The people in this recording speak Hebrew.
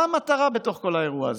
מה המטרה בתוך כל האירוע הזה?